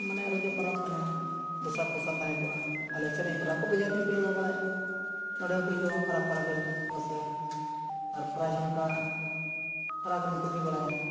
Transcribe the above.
ᱢᱟᱱᱮ ᱨᱚᱡᱚ ᱯᱚᱨᱚᱵᱽ ᱠᱟᱱᱟ ᱫᱚᱥᱟᱨ ᱯᱚᱥᱟᱨ ᱛᱟᱦᱮᱸ ᱠᱚᱜᱼᱟ ᱟᱞᱮ ᱥᱮᱨᱮᱧ ᱯᱚᱨᱚᱵᱽ ᱠᱚ ᱵᱮᱡᱷᱟ ᱛᱩᱧ ᱠᱚᱞᱮ ᱫᱚᱦᱚ ᱵᱟᱲᱟᱭᱮᱜᱼᱟ ᱱᱚᱰᱮ ᱦᱚᱸᱠᱚ ᱦᱤᱡᱩᱜᱼᱟ ᱯᱷᱟᱨᱟᱠ ᱯᱷᱟᱨᱟᱠ ᱨᱤᱱ ᱚᱵᱚᱥᱥᱳᱭ ᱟᱨ ᱯᱨᱟᱭᱤᱡᱽ ᱦᱚᱸ ᱚᱱᱠᱟ ᱯᱷᱟᱨᱟᱠ ᱨᱤᱱ ᱠᱚ ᱤᱫᱤ ᱵᱟᱲᱟᱭᱟ